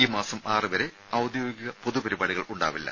ഈ മാസം ആറു വരെ ഔദ്യോഗിക പൊതുപരിപാടികൾ ഉണ്ടാവില്ല